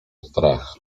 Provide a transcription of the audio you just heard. strach